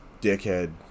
dickhead